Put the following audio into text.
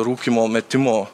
rūkymo metimo